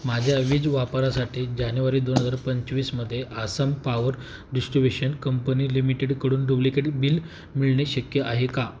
माझ्या वीज वापरासाठी जानेवारी दोन हजार पंचवीसमध्ये आसाम पावर डिस्ट्रीब्युशन कंपनी लिमिटेडकडून डुप्लिकेट बिल मिळणे शक्य आहे का